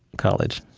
college,